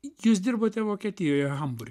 jūs dirbote vokietijoje hambur